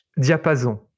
Diapason